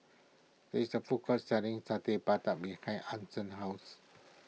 there is a food court selling Satay Babat behind Ason's house